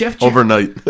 Overnight